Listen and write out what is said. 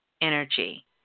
energy